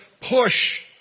push